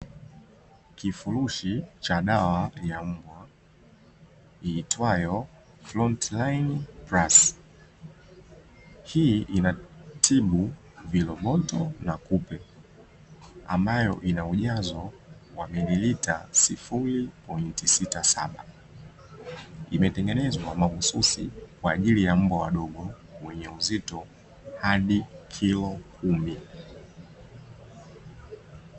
Kifurushi cha dawa ya mbwa iitwayo front line plus, hii inatibu viroboto na kupe ambayo inaujazo wa mililita sifuri pointi sita saba, imetengenezwa mahususi kwaajili ya mbwa wadogo wenyeuzito hadi kilo kumi.